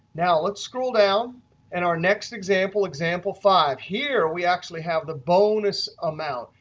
now, let's scroll down and our next example, example five. here we actually have the bonus amount.